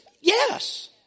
Yes